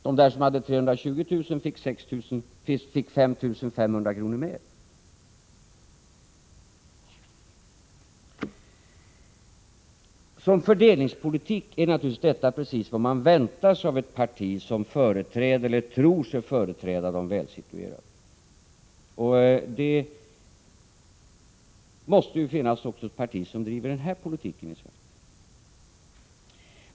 Den familj som tjänade 320 000 fick 5 500 kr. mer. Som fördelningspolitik är detta naturligtvis precis vad man väntar sig av ett parti som tror sig företräda de välsituerade. Det måste väl också finnas ett parti som driver den här politiken.